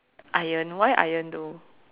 iron why iron though